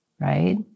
right